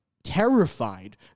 terrified